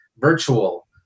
virtual